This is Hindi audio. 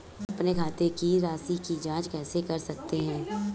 हम अपने खाते की राशि की जाँच कैसे कर सकते हैं?